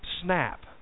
snap